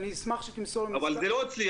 אז אני אשמח שתמסור למנכ"ל ----- אבל זה לא אצלי.